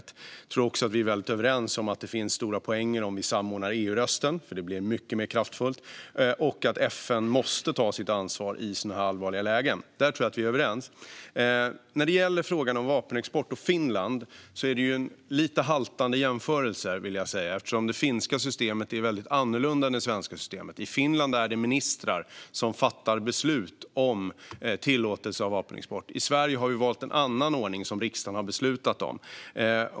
Jag tror att vi är överens om att det finns stora poänger med att samordna EU-rösten, vilket blir mycket mer kraftfullt, och om att FN måste ta sitt ansvar i sådana här allvarliga lägen. Där tror jag att vi är överens. När det gäller frågan om vapenexport och Finland vill jag säga att det är en lite haltande jämförelse eftersom det finska systemet är väldigt annorlunda än det svenska. I Finland är det ministrar som fattar beslut om tillåtelse av vapenexport, medan vi i Sverige har valt en annan ordning, som riksdagen har beslutat om.